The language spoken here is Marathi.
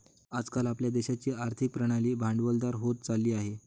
आज काल आपल्या देशाची आर्थिक प्रणाली भांडवलदार होत चालली आहे